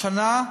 השנה,